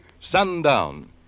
Sundown